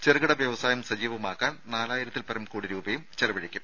ചെറുകിട വ്യവസായം സജീവമാക്കാൻ നാലായിരത്തിൽപരം കോടി രൂപയും ചെലവഴിക്കും